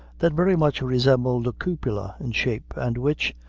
that very much resembled a cupola in shape, and which,